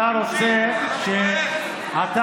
אתה חושב שאנחנו טיפשים,